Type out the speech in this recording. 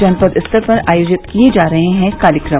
जनपद स्तर पर आयोजित किए जा रहे हैं कार्यक्रम